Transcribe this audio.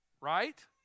right